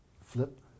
flip